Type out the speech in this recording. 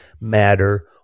matter